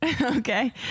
okay